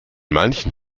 manchen